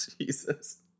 Jesus